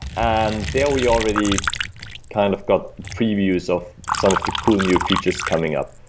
and there we already kind of got previews of some of the cool new features coming up.